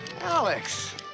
Alex